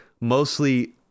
mostly